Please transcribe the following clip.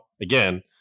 again